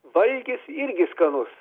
valgis irgi skanus